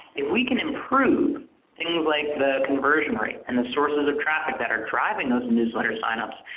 if we can improve things like the conversion rate and the sources of traffic that are driving those newsletter sign-ups,